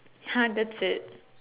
!huh! that's it